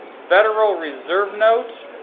federal reserve note?